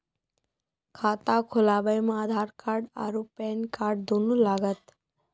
खाता खोलबे मे आधार और पेन कार्ड दोनों लागत?